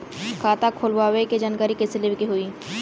खाता खोलवावे के जानकारी कैसे लेवे के होई?